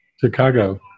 Chicago